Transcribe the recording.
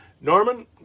norman